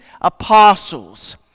apostles